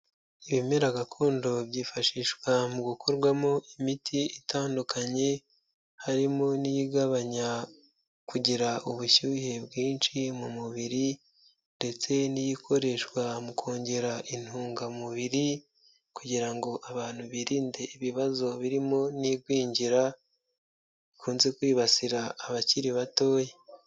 Ibimera gakondo byifashishwa mu gukorwamo imiti itandukanye, harimo n'iy'igabanya kugira ubushyuhe bwinshi mu mubiri ndetse n'iy'ikoreshwa mu kongera intungamubiri kugira ngo abantu birinde ibibazo birimo n'igwingira rikunze kwibasira abakiri batoya.